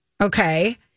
okay